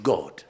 God